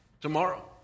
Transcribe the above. Tomorrow